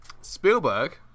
Spielberg